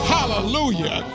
Hallelujah